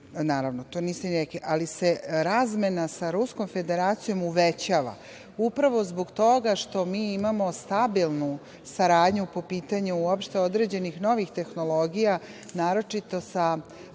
Naravno, to niste ni rekli, ali se razmena sa Ruskom Federacijom uvećava, upravo zbog toga što mi imamo stabilnu saradnju po pitanju uopšte određenih novih tehnologija, naročito sa